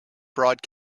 broad